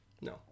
No